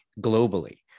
globally